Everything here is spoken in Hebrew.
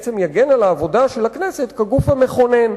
בעצם יגן על העבודה של הכנסת כגוף המכונן,